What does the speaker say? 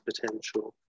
potential